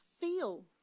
feel